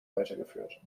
weitergeführt